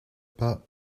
pas